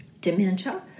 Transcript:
dementia